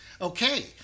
okay